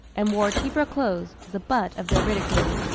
and wore cheaper clothes, was the butt of their ridicule.